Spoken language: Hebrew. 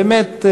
באמת,